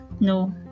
no